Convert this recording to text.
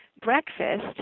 breakfast